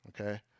okay